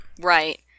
Right